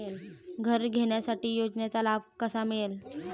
घर घेण्यासाठी योजनेचा लाभ कसा मिळेल?